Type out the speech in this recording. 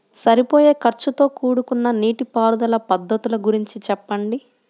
సరిపోయే ఖర్చుతో కూడుకున్న నీటిపారుదల పద్ధతుల గురించి చెప్పండి?